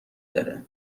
داره